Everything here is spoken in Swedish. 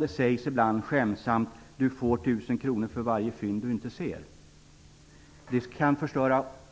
Det sägs ibland skämtsamt: Du får tusen kronor för varje fynd du inte ser.